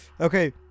Okay